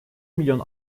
milyon